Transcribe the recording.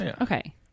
Okay